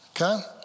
Okay